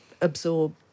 absorb